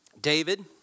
David